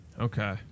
Okay